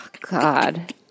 god